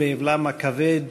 החמאסי.